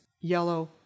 yellow